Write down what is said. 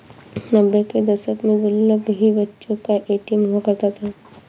नब्बे के दशक में गुल्लक ही बच्चों का ए.टी.एम हुआ करता था